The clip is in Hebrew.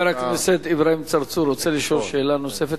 חבר הכנסת אברהים צרצור רוצה לשאול שאלה נוספת,